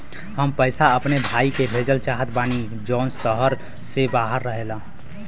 हम पैसा अपने भाई के भेजल चाहत बानी जौन शहर से बाहर रहेलन